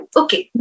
okay